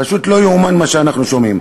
פשוט לא ייאמן מה שאנחנו שומעים.